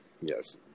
Yes